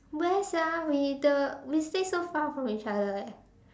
where sia we the we stay so far from each other eh